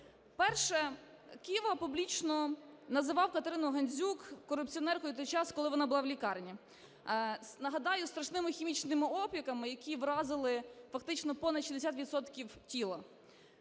Перше. Кива публічно називав Катерину Гандзюк корупціонеркою в той час, коли вона була в лікарні, нагадаю, зі страшними хімічними опіками, які разили фактично понад 60